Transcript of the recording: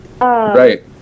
Right